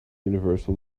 universal